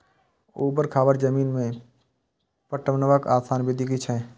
ऊवर खावर जमीन में पटवनक आसान विधि की अछि?